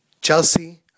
Chelsea